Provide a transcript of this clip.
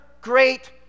great